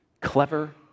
clever